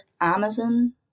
Amazon